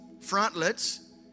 frontlets